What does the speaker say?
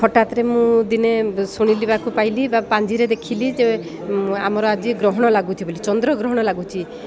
ହଠାତରେ ମୁଁ ଦିନେ ଶୁଣିବାକୁ ପାଇଲି ବା ପାଞ୍ଜିରେ ଦେଖିଲି ଯେ ଆମର ଆଜି ଗ୍ରହଣ ଲାଗୁଛି ବୋଲି ଚନ୍ଦ୍ରଗ୍ରହଣ ଲାଗୁଛି